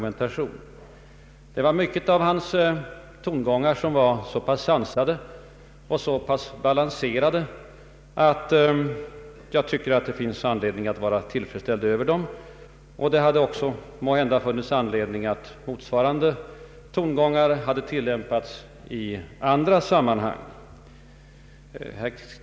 Många av hans tongångar var så pass sansade och balanserade att det finns anledning att vara tillfredsställd över dem. Det hade funnits anledning att använda motsvarande tongångar i andra sammanhang.